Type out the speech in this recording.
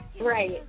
right